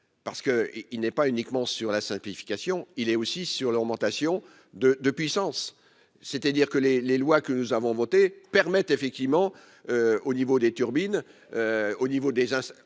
parce que il n'est pas uniquement sur la simplification, il est aussi sur l'augmentation de de puissance, c'est-à-dire que les les lois que nous avons voté permettent effectivement au niveau des turbines au niveau des